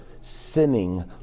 sinning